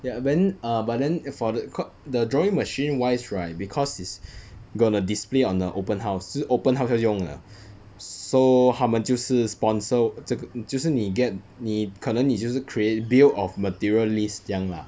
ya but then err but then for the c~ the drawing machine wise right because is gonna display on the open house 就是 open house 要用了 so 他们就是 sponsor 这个就是你 get 你可能你就是 create bill of material list 这样 lah